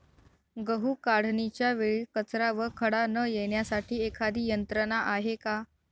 गहू काढणीच्या वेळी कचरा व खडा न येण्यासाठी एखादी यंत्रणा आहे का?